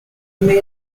were